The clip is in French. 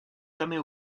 jamais